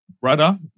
Brother